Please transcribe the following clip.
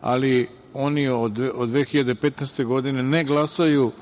ali oni od 2015. godine ne glasaju